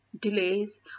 delays